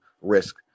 risk